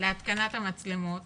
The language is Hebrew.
להתקנת המצלמות